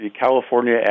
California